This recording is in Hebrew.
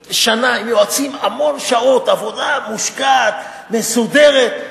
שנה, עם יועצים, המון שעות, עבודה מושקעת, מסודרת.